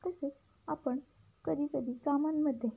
तसेच आपण कधी कधी कामांमध्ये